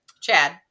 Chad